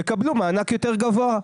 הם יקבלו מענק יותר גבוה.